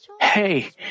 Hey